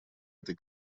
этой